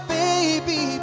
baby